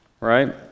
Right